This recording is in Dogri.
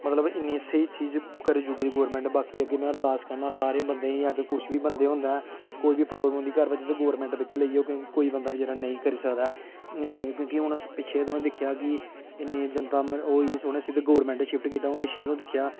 मतलब इन्नी स्हेई चीज करी चुकी दी गौरमैंट बाकी अग्गें में अरदास करना सारें बंदें गी अगर कुछ बी बंदें गी होंदा ऐ कोई बी प्राब्लम होंदी घर बिच्च ते गौरमैंट बिच्च लेई जाओ क्योंकि कोई बंदा बचैरा नेईं करी सकदा ऐ इन्ना क्योंकि हून पिच्छें तुसें दिक्खेआ कि इन्नी जनता ओह् होई गेई उ'नें सिद्धा गौरमैंट शिप्ट कीता तुसें पिच्छें दिक्खेआ